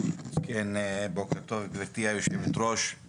כן, בוקר טוב גברתי יושבת הראש.